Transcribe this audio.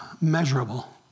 measurable